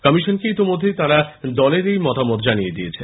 কমিশনকে ইতোমধ্যেই তাঁরা দলের এই মত জানিয়ে দিয়েছেন